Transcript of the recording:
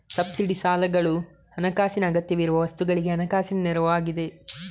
subsidy ಸಾಲಗಳು ಹಣಕಾಸಿನ ಅಗತ್ಯವಿರುವ ವಸ್ತುಗಳಿಗೆ ಹಣಕಾಸಿನ ನೆರವು ಆಗಿದೆ